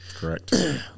correct